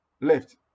left